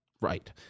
Right